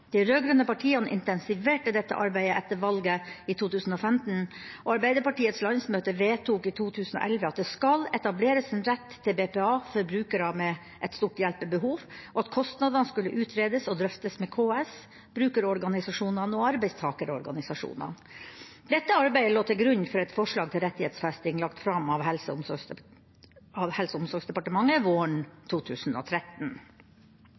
De rød-grønne partiene intensiverte dette arbeidet etter valget i 2005, og Arbeiderpartiets landsmøte vedtok i 2011 at det skulle etableres en rett til BPA for brukere med et stort hjelpebehov, og at kostnadene skulle utredes og drøftes med KS, brukerorganisasjonene og arbeidstakerorganisasjonene. Dette arbeidet lå til grunn for et forslag om rettighetsfesting lagt fram av Helse- og